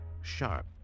sharp